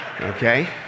Okay